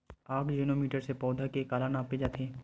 आकजेनो मीटर से पौधा के काला नापे जाथे?